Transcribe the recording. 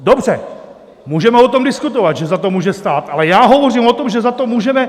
Dobře, můžeme o tom diskutovat, že za to může stát, ale já hovořím o tom, že za to můžeme...